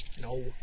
No